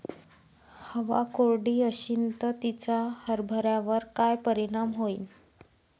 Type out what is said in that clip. हवा कोरडी अशीन त तिचा हरभऱ्यावर काय परिणाम होईन?